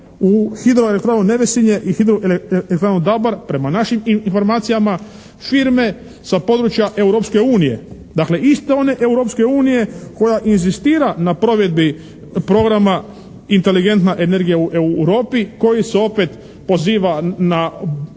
u hidroelektranu "Nevesinje" i hidroelektranu "Dabar" prema našim informacijama …/Govornik se ne razumije./… sa područja Europske unije. Dakle, iste one Europske unije koja inzistira na provedbi programa "Inteligentna energija u Europi" koji se opet poziva na